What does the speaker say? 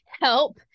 help